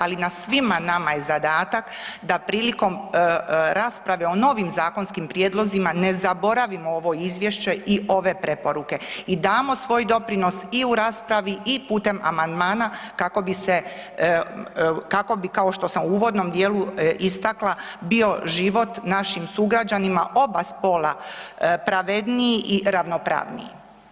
Ali na svima nama je zadatak da prilikom rasprave o novim zakonskim prijedlozima ne zaboravimo ovo izvješće i ove preporuke i damo svoj doprinos i u raspravi i putem amandmana kako bi kao što sam u uvodnom dijelu istakla bio život našim sugrađanima oba spola pravedniji i ravnopravniji.